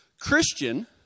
Christian